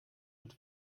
und